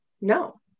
no